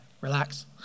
relax